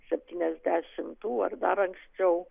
septyniasdešimtų ar dar anksčiau